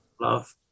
Love